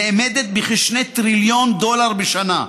נאמדת בכ-2 טריליון דולר בשנה,